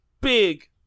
big